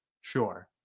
sure